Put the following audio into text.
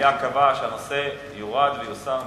המליאה קבעה שהנושא יורד ויוסר מסדר-היום.